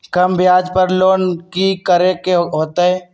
कम ब्याज पर लोन की करे के होतई?